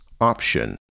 option